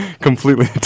completely